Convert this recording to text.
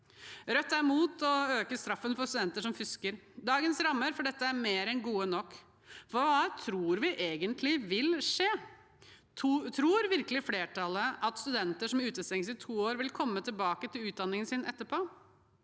Rødt er imot å øke straffen for studenter som fusker. Dagens rammer for dette er mer enn gode nok. Hva tror vi egentlig vil skje? Tror virkelig flertallet at studenter som utestenges i to år, vil komme tilbake til utdanningen sin etterpå?